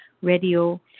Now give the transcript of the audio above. radio